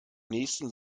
nächsten